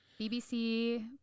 BBC